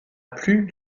plus